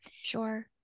Sure